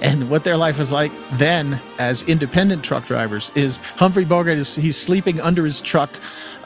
and what their life is like then as independent truck drivers is humphrey bogart is, he's sleeping under his truck